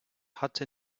hatte